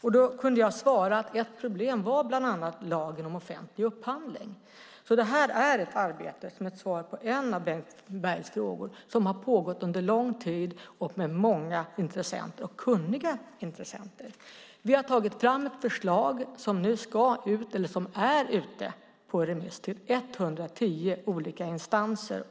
Då kunde jag svara att ett problem var bland annat lagen om offentlig upphandling. Det här är alltså ett arbete, som ett svar på en av Bengt Bergs frågor, som har pågått under lång tid och med många intressenter, och kunniga intressenter. Vi har tagit fram ett förslag som nu är ute på remiss hos 110 olika instanser.